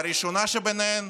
והראשונה שביניהן